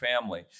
family